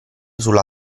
sulla